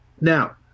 Now